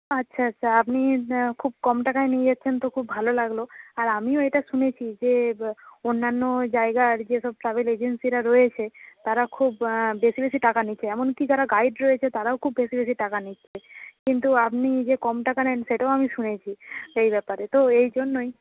আচ্ছা আচ্ছা আপনি খুব কম টাকায় নিয়ে যাচ্ছেন তো খুব ভালো লাগল আর আমিও এটা শুনেছি যে অন্যান্য জায়গার যে সব ট্রাভেল এজেন্সিরা রয়েছে তারা খুব বেশি বেশি টাকা নিচ্ছে এমনকী যারা গাইড রয়েছে তারাও খুব বেশি বেশি টাকা নিচ্ছে কিন্তু আপনি যে কম টাকা নেন সেটাও আমি শুনেছি এই ব্যাপারে তো এই জন্যই